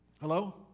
Hello